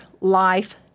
life